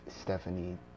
Stephanie